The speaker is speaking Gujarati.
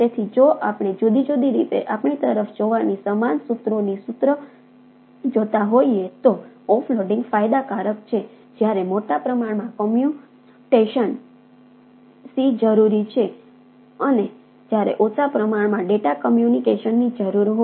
તેથી જો આપણે જુદી જુદી રીતે આપણી તરફ જોવાની સમાન સૂત્રોની સૂત્ર જોતા હોઈએ તો ઓફલોડિંગ જરૂર હોય